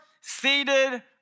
seated